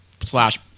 slash